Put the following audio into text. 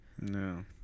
no